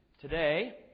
today